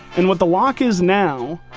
and what the lock is now,